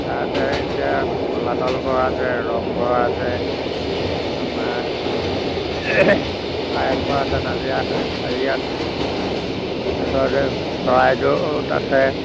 তাতে এতিয়া তলাতল ঘৰ আছে ৰং ঘৰ আছে আমাৰ কাৰেংঘৰ আছে নাজিৰা হেৰিয়াত তাৰপাছতে চৰাইদেউত আছে